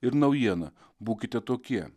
ir naujiena būkite tokie